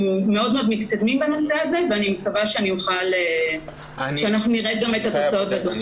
אנחנו מאוד מתקדמים בנושא הזה ואני מקווה שגם נראה בסוף תוצאות.